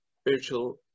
spiritual